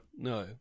No